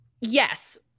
Yes